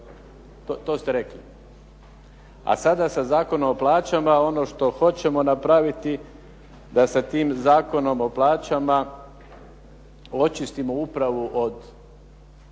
To ste rekli. A sada sa Zakona o plaćama, ono što hoćemo napraviti da sa tim Zakonom o plaćama očistimo upravu od